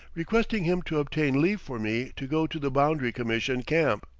requesting him to obtain leave for me to go to the boundary commission camp,